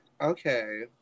Okay